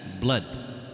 blood